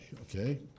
Okay